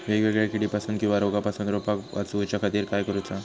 वेगवेगल्या किडीपासून किवा रोगापासून रोपाक वाचउच्या खातीर काय करूचा?